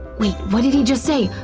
wait, what did he just say?